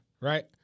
right